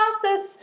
process